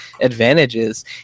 advantages